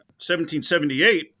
1778